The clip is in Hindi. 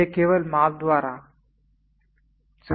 यह केवल माप द्वारा सही है